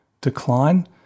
decline